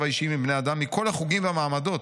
האישיים עם בני האדם מכל החוגים והמעמדות.